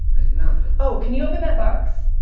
nothing. oh can you open that box?